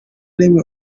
rimwe